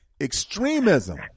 extremism